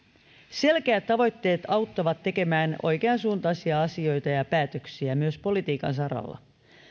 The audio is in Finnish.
selkeät tavoitteet auttavat tekemään oikeansuuntaisia asioita ja päätöksiä myös politiikan saralla